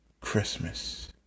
Christmas